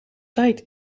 tijd